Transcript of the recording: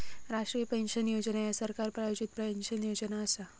राष्ट्रीय पेन्शन योजना ह्या सरकार प्रायोजित पेन्शन योजना असा